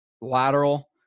lateral